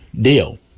deal